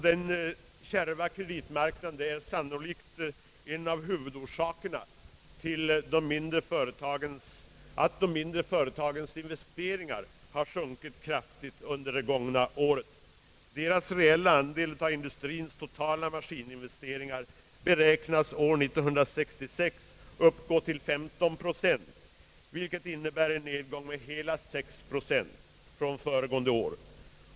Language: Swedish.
Den kärva kreditmarknaden är sannolikt en av huvudorsakerna till att de mindre företagens investeringar kraftigt sjunkit under det gångna året. Deras reella andel av industriens totala maskininvesteringar beräknas år 1966 uppgå till 15 procent, vilket innebär en nedgång med hela 6 procent från föregående år.